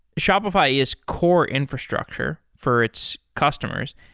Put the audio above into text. shopify is core infrastructure for its customers.